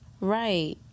Right